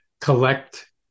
collect